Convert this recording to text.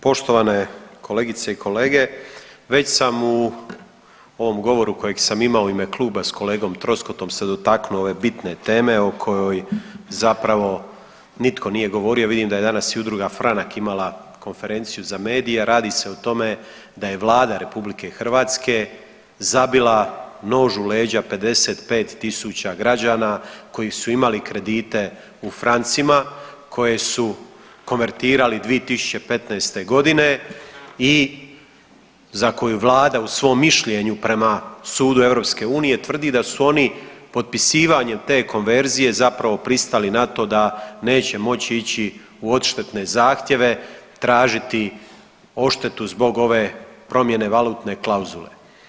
Poštovane kolegice i kolege, već sam u ovom govoru kojeg sam imao u ime Kluba s kolegom Troskotom se dotaknuo ove bitne teme o kojoj zapravo nitko nije govorio, vidim da je danas i udruga Franak imala konferenciju za medije, radi se o tome da je Vlada RH zabila nož u leđa 55 tisuća građana koji su imali kredite u francima, koje su konvertirali 2015. g. i za koju Vlada u svom mišljenju, prema sudu EU, tvrdi da su oni potpisivanjem te konverzije zapravo pristali na to da neće moći ići u odštetne zahtjeve tražiti odštetu zbog ove promjene valutne klauzule.